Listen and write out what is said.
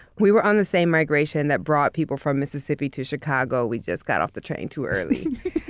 we were on the same migration that brought people from mississippi to chicago, we just got off the train too early.